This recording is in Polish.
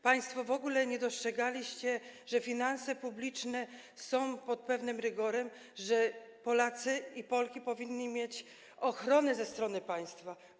Państwo w ogóle nie dostrzegaliście, że finanse publiczne są, winny być pod pewnym rygorem, że Polacy i Polki powinni mieć ochronę ze strony państwa.